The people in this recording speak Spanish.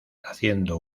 haciendo